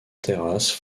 terrasse